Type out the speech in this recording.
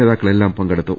നേതാക്കളെല്ലാം പങ്കെടുത്തു